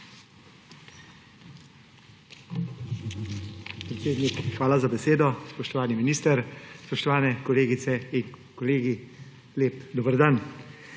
hvala za besedo. Spoštovani minister, spoštovani kolegice in kolegi, lep dober dan!